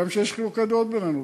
גם כשיש חילוקי דעות בינינו,